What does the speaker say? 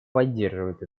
поддерживает